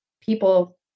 people